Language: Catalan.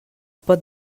pot